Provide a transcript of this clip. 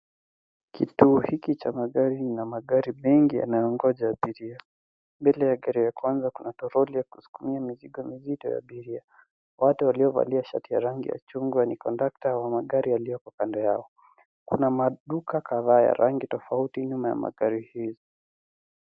Kituo hiki cha magari kina magari mengi yanayongoja abiria. Mbele ya gari ya kwanza kuna toroli ya kusukumia mizigo mizito ya abiria. Watu waliovalia shati ya chungwa ni conductor wa magari yalioko kando yao. Kuna maduka kadhaa ya rangi tofauti nyuma ya magari hii.